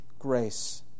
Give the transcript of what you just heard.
Grace